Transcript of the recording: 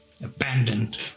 Abandoned